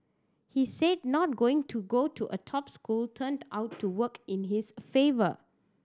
he said not going to go a top school turned out to work in his favour